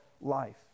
life